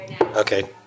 Okay